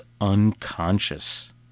unconscious